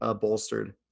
bolstered